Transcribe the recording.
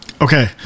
Okay